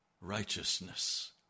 righteousness